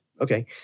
Okay